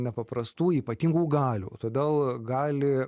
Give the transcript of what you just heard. nepaprastų ypatingų galių todėl gali